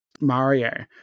mario